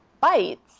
bites